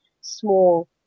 small